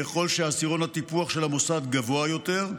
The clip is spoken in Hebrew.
ככל שהעשירון הטיפוח של המוסד גבוה יותר,